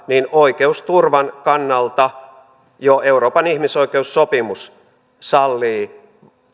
niin oikeusturvan kannalta jo euroopan ihmisoikeussopimus sallii